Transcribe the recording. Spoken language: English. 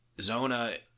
Zona